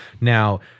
Now